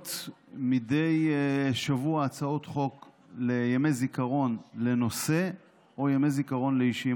עולות מדי שבוע הצעות חוק לימי זיכרון לנושא או ימי זיכרון לאישים,